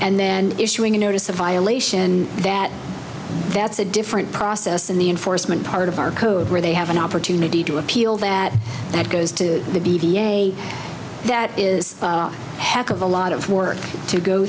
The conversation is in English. and then issuing a notice a violation that that's a different process in the enforcement part of our code where they have an opportunity to appeal that that goes to the b v a that is heck of a lot of work to go